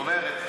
זאת אומרת,